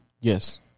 Yes